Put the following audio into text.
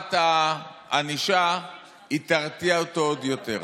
החמרת הענישה תרתיע אותו עוד יותר?